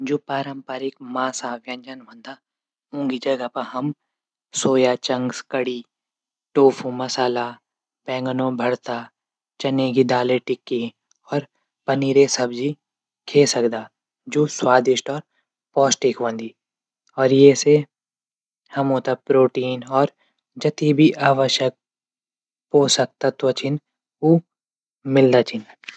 जू पारम्परिक मांसा व्यजन हूंदा ऊकी जगह मा हम सोया चंग्स कडी टोफो मसाला, बैंगनो भरता, चने की दाल, की टिकी पनीर सब्जी। खै सकदा। जू स्वादिष्ट और पौष्टिक हूदा। अर ये से तब प्रोटीन और जतक भी आवश्यक पोषक तत्व छन उ मिलदा छन।